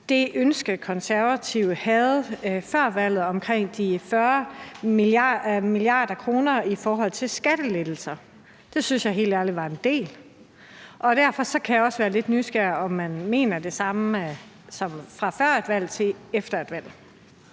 det ønske, Konservative havde før valget, omkring de 40 mia. kr. i skattelettelser. Det syntes jeg helt ærligt var en del, og derfor kan jeg også være lidt nysgerrig på, om man mener det samme fra før valget og til efter valget.